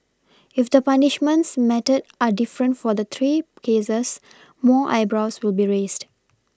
if the punishments meted are different for the three cases more eyebrows will be raised